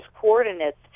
coordinates